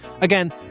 Again